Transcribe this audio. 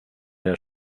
der